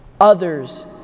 Others